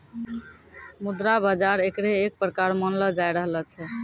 मुद्रा बाजार एकरे एक प्रकार मानलो जाय रहलो छै